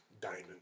diamond